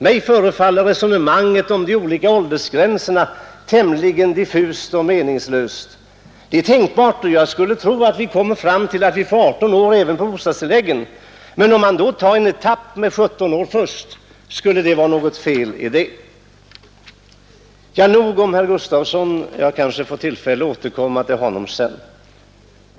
Mig förefaller resonemanget om de olika åldersgränserna tämligen diffust och meningslöst. Det är tänkbart att vi beträffande dessa bostadstillägg kan få en åldersgräns på 18 år. Men om man då tar en etapp till 17 år först, skulle det vara något fel i det? Nog nu om herr Gustavsson i Alvesta. Jag kanske får tillfälle att återkomma till honom sedan.